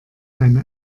deine